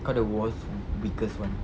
kau the most weakest [one]